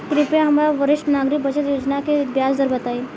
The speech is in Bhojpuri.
कृपया हमरा वरिष्ठ नागरिक बचत योजना के ब्याज दर बताई